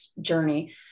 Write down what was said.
journey